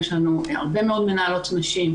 יש לנו הרבה מאוד מנהלות נשים.